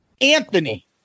Anthony